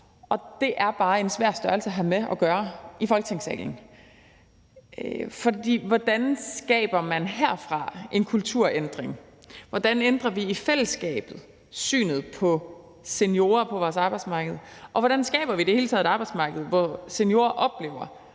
og det er bare en svær størrelse at have med at gøre i Folketingssalen. For hvordan skaber man herfra en kulturændring? Hvordan ændrer vi i fællesskab synet på seniorer på vores arbejdsmarked? Og hvordan skaber vi i det hele taget et arbejdsmarked, hvor seniorer oplever